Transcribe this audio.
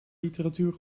literatuur